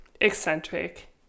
eccentric